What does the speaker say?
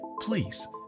please